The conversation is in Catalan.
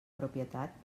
propietat